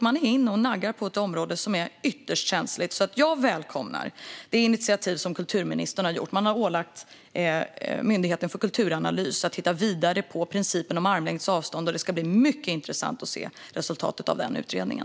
Man är inne och naggar på ett område som är ytterst känsligt. Jag välkomnar det initiativ kulturministern har tagit. Man har ålagt Myndigheten för kulturanalys att titta vidare på principen om armlängds avstånd, och det ska bli mycket intressant att se resultatet av den utredningen.